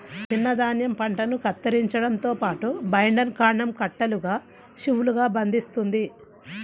చిన్న ధాన్యం పంటను కత్తిరించడంతో పాటు, బైండర్ కాండం కట్టలుగా షీవ్లుగా బంధిస్తుంది